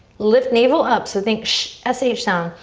lift navel up so think s h sound.